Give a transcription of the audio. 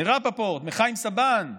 מרפפורט, מחיים סבן,